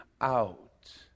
out